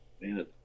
Man